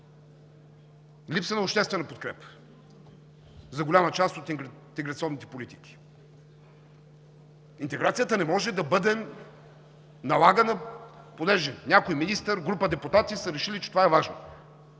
Липсва обществена подкрепа за голяма част от интеграционните политики. Интеграцията не може да бъде налагана, понеже някой министър, група депутати са решили, че това е важно.